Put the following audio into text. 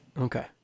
Okay